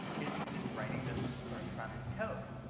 is is writing this sort of frontend code.